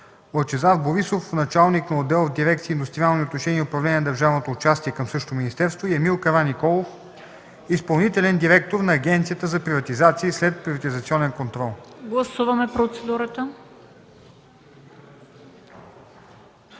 Лъчезар Борисов – началник на отдел в дирекция „Индустриални отношения и управление на държавното участие” към същото министерство, и Емил Караниколов – изпълнителен директор на Агенцията за приватизация и следприватизационен контрол. ПРЕДСЕДАТЕЛ